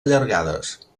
allargades